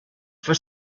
for